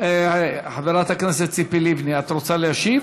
את רוצה להשיב